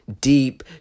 Deep